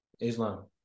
Islam